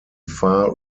far